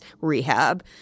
rehab